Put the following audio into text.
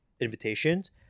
invitations